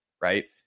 right